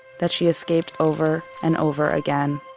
that she escaped over and over again.